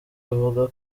avuga